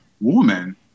woman